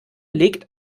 legt